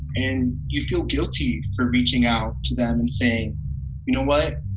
and you feel guilty for reaching out to them and saying, you know what?